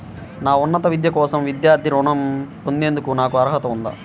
నా ఉన్నత విద్య కోసం విద్యార్థి రుణం పొందేందుకు నాకు అర్హత ఉందా?